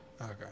Okay